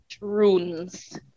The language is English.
runes